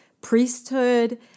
priesthood